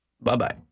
bye-bye